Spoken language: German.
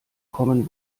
commen